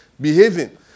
behaving